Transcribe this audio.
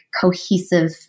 cohesive